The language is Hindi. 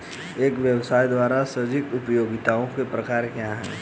एक व्यवसाय द्वारा सृजित उपयोगिताओं के प्रकार क्या हैं?